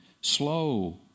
slow